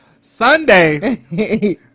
Sunday